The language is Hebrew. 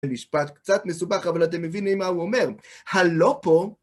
זה משפט קצת מסובך, אבל אתם מבינים מה הוא אומר. הלא פה...